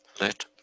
Let